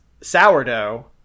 sourdough